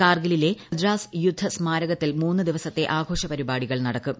കാർഗിലിലെ ദ്രാസ് യുദ്ധ സ്മാരകത്തിൽ മൂന്ന് ദിവസത്തെ ആഘോഷ പരിപാടികൾ നടക്കും